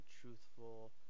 truthful